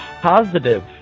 positive